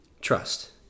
Trust